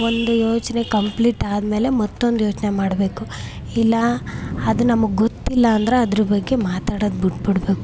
ಒಂದು ಯೋಚನೆ ಕಂಪ್ಲೀಟ್ ಆದಮೇಲೆ ಮತ್ತೊಂದು ಯೋಚನೆ ಮಾಡಬೇಕು ಇಲ್ಲ ಅದು ನಮ್ಗೆ ಗೊತ್ತಿಲ್ಲ ಅಂದ್ರೆ ಅದ್ರ ಬಗ್ಗೆ ಮಾತಾಡೋದು ಬಿಟ್ಟುಬಿಡ್ಬೇಕು